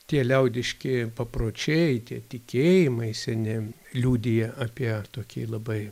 tie liaudiški papročiai tie tikėjimai seni liudija apie tokį labai